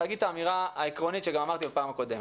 אני רוצה לומר את האמירה העקרונית שגם אמרתי בפעם הקודמת.